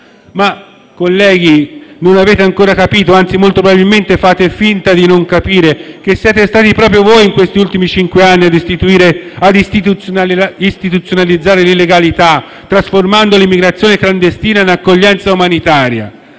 Ma colleghi, non avete ancora capito, anzi, molto probabilmente fate finta di non capire che siete stati proprio voi, in questi ultimi cinque anni, ad istituzionalizzare l'illegalità, trasformando l'immigrazione clandestina in accoglienza umanitaria.